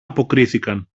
αποκρίθηκαν